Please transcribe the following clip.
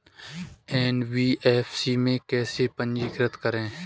NBFC में कैसे पंजीकृत करें?